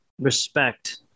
respect